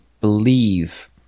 believe